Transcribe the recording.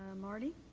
marty?